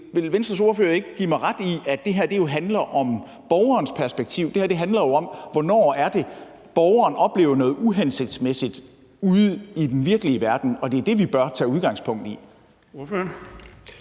vil Venstres ordfører ikke give mig ret i, at det her jo handler om borgerens perspektiv? Det her handler jo om, hvornår det er, borgeren oplever noget uhensigtsmæssigt ude i den virkelige verden – og det er det, vi bør tage udgangspunkt i. Kl.